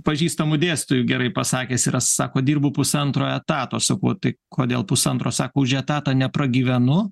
pažįstamų dėstytojų gerai pasakęs yra sako dirbu pusantro etato sakau tai kodėl pusantro sako už etatą nepragyvenu